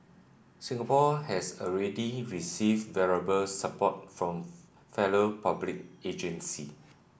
Singapore has already received valuable support from fellow public agency